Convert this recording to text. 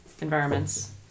environments